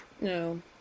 no